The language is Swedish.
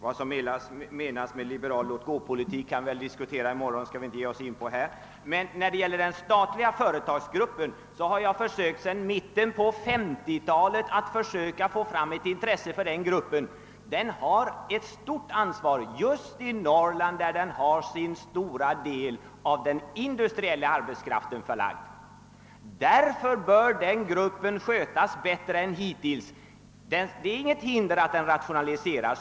Vad som menas med liberal låt-gåpolitik kan vi väl diskutera i morgon och inte nu ge oss in på. Beträffande den statliga företagsgruppen vill jag säga att jag sedan mitten på 1950-talet sökt skapa ett intresse för denna. Den har ett stort ansvar just i Norrland, där den stora delen av dess industriella arbetskraft finns. Därför bör denna grupp skötas bättre än hittills. Det föreligger inget hinder för att den rationaliseras.